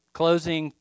closing